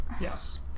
Yes